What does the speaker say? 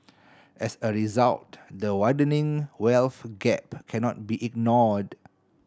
as a result the widening wealth gap cannot be ignored